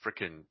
freaking